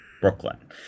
Brooklyn